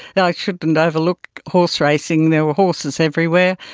yeah i shouldn't and overlook horseracing, there were horses everywhere,